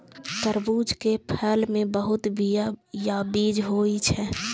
तरबूज के फल मे बहुत बीया या बीज होइ छै